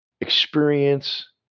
experience